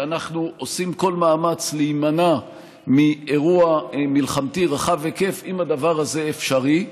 שאנחנו עושים כל מאמץ להימנע מאירוע מלחמתי רחב היקף אם הדבר הזה אפשרי,